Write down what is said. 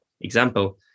example